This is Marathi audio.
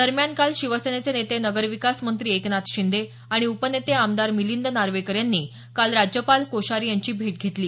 दरम्यान काल शिवसेनेचे नेते नगरविकास मंत्री एकनाथ शिंदे आणि उपनेते आमदार मिलिंद नार्वेकर यांनी काल राज्यपाल कोश्यारी यांची भेट घेतली